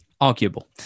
Arguable